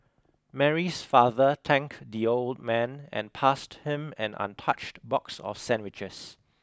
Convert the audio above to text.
Mary's father thanked the old man and passed him an untouched box of sandwiches